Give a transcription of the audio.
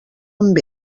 amb